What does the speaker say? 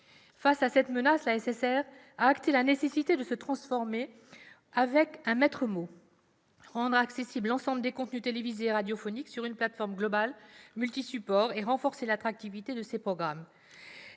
Face à cette menace, la SSR a pris acte de la nécessité de se transformer avec un maître mot : rendre accessible l'ensemble des contenus télévisés et radiophoniques sur une plateforme globale multisupport et renforcer l'attractivité de ses programmes.